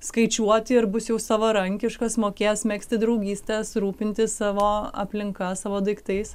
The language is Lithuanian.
skaičiuoti ir bus jau savarankiškas mokės megzti draugystes rūpintis savo aplinka savo daiktais